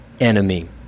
enemy